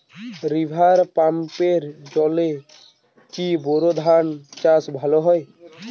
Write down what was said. River পাম্পের জলে কি বোর ধানের চাষ ভালো হয়?